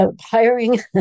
Hiring